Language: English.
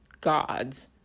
gods